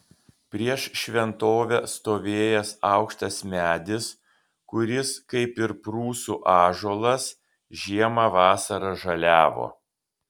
prieš šventovę stovėjęs aukštas medis kuris kaip ir prūsų ąžuolas žiemą vasarą žaliavo